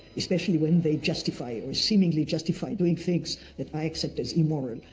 especially when they justify or seemingly justify doing things that i accept as immoral,